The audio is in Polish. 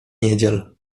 niedziel